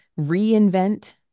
reinvent